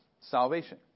salvation